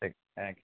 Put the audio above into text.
ਠੀਕ ਥੈਂਕ